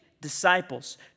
disciples